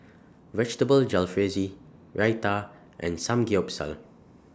Vegetable Jalfrezi Raita and Samgeyopsal